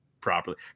properly